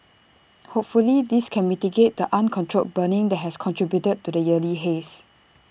hopefully this can mitigate the uncontrolled burning that has contributed to the yearly haze